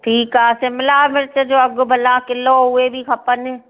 ठीकु आहे शिमला मिर्च जो अघु भला किलो उहे बि खपनि